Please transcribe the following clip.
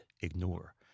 ignore